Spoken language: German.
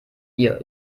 ihr